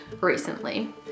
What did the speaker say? recently